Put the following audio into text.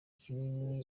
kinini